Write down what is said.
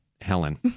Helen